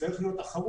צריך להיות תחרות,